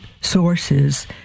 sources